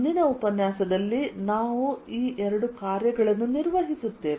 ಮುಂದಿನ ಉಪನ್ಯಾಸದಲ್ಲಿ ನಾವು ಈ ಎರಡು ಕಾರ್ಯಗಳನ್ನು ನಿರ್ವಹಿಸುತ್ತೇವೆ